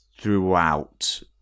throughout